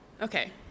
Okay